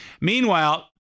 Meanwhile